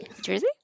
jersey